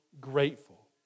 grateful